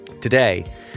Today